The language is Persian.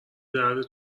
درد